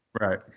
right